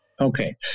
Okay